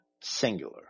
singular